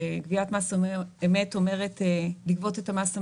שגביית מס אמת אומרת לגבות את המס המגיע,